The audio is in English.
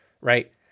right